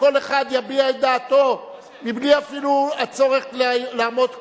כל אחד יביע את דעתו, מבלי אפילו הצורך לעמוד כאן.